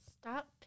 Stop